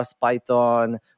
Python